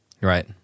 Right